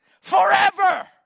forever